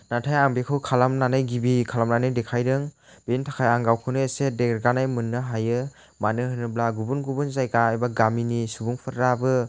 नाथाय आं बेखौ खालामनानै गिबि खालामनानै देखायदों बेनि थाखाय आं गावखौनो एसे देरगानाय मोननो हायो मानो होनोब्ला गुबुन गुबुन जायगा एबा गामिनि सुबुंफोराबो